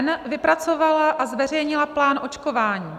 n) vypracovala a zveřejnila plán očkování.